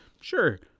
sure